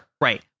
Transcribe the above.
Right